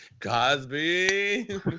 cosby